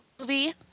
movie